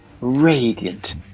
Radiant